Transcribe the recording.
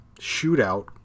shootout